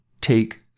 take